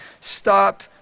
Stop